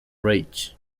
reich